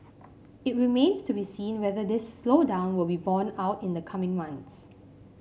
it remains to be seen whether this slowdown will be borne out in the coming months